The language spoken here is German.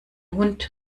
hund